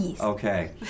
Okay